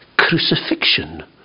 crucifixion